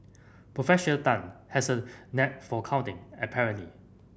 Professor Tan has a knack for counting apparently